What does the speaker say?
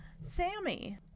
Sammy